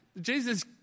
Jesus